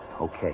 Okay